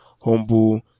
humble